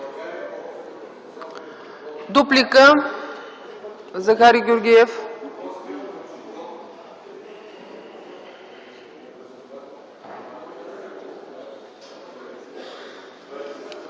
Дуплика – Захари Георгиев.